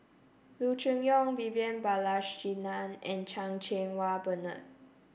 Loo Choon Yong Vivian Balakrishnan and Chan Cheng Wah Bernard